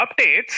updates